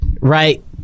Right